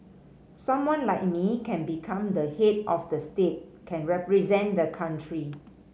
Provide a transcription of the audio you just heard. someone like me can become the head of state can represent the country